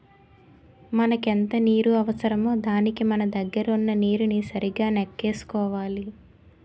మనకెంత నీరు అవసరమో దానికి మన దగ్గర వున్న నీరుని సరిగా నెక్కేసుకోవాలి